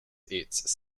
its